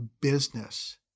business